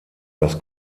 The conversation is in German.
das